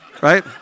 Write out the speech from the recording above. right